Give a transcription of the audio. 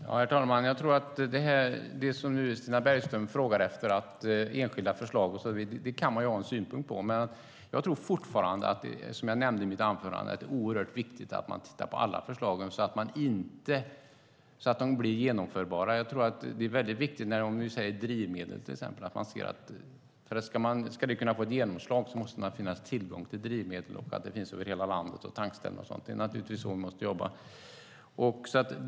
Herr talman! Det enskilda förslag som Stina Bergström frågar om kan man ha synpunkter på. Men jag tror fortfarande, som jag nämnde i mitt anförande, att det är oerhört viktigt att titta på alla förslag så att de är genomförbara. Om man till exempel talar om drivmedel måste det finnas tillgång till drivmedel och tankställen över hela landet för att det ska få genomslag. Det är naturligtvis så vi måste jobba.